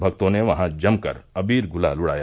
भक्तों ने वहां जमकर अबीर गुलाल उड़ाया